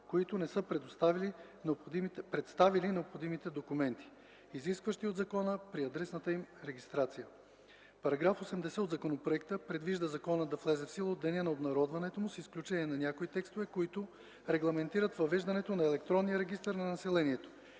които не са представили необходимите документи, изисквани от закона при адресната им регистрация. Параграф 80 от законопроекта предвижда законът да влезе в сила от деня на обнародването му, с изключение на някои текстове, които регламентират въвеждането на електронния регистър на населението.